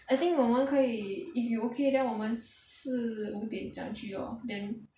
I think 我们可以 if you okay then 我们四五点这样他去:wo men si wu dian zhe yang qu lor then